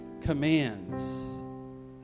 commands